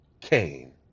Cain